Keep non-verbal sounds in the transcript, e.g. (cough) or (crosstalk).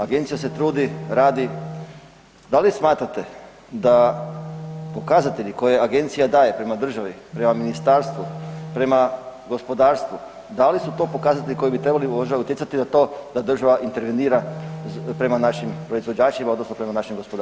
Agencija se trudi, radi, dali smatrate da pokazatelji koje agencija daje prema državi, prema ministarstvu, prema gospodarstvu, da li su to pokazatelji koji bi trebali ... (unintelligible) utjecati na to da država intervenira prema našim proizvođačima odnosno prema našem gospodarstvu?